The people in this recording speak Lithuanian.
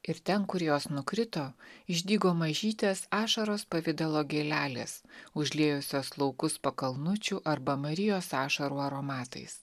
ir ten kur jos nukrito išdygo mažytės ašaros pavidalo gėlelės užliejusios laukus pakalnučių arba marijos ašarų aromatais